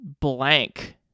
blank